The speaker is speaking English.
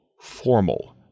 formal